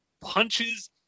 punches